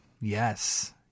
Yes